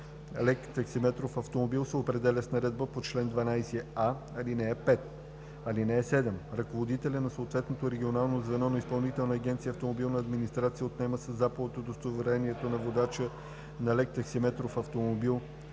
лек таксиметров автомобил се определя с наредбата по чл. 12а, ал. 5. (7) Ръководителят на съответното регионално звено на Изпълнителна агенция „Автомобилна администрация“ отнема със заповед удостоверението на водач на лек таксиметров автомобил,